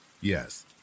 Yes